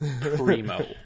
primo